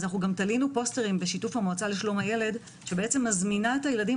גם תלינו פוסטרים בשיתוף המועצה לשלום הילד שמזמינה את הילדים